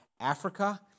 Africa